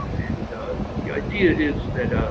and the idea is that